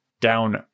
down